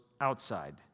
outside